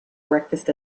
breakfast